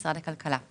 משרד הכלכלה.